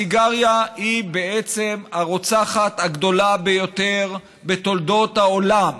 הסיגריה היא הרוצחת הגדולה ביותר בתולדות העולם,